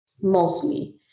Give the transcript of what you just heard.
Mostly